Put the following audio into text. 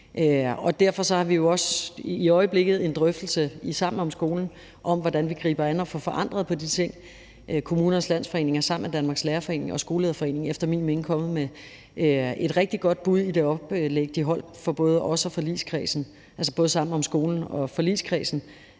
Derfor har vi jo også i øjeblikket en drøftelse i »Sammen om skolen« om, hvordan vi griber det an at få forandret de ting. Kommunernes Landsforening er sammen med Danmarks Lærerforening og Skolelederforeningen efter min mening kommet med et rigtig godt bud i det oplæg, de holdt for både »Sammen om skolen« og forligskredsen